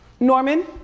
norman,